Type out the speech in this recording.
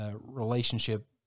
relationship